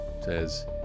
says